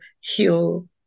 heal